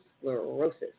sclerosis